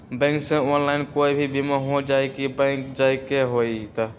Bank से online कोई बिमा हो जाई कि बैंक जाए के होई त?